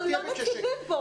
אנחנו לא נציבים פה.